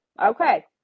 Okay